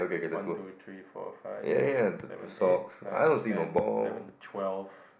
one two three four five six seven eight nine ten eleven twelve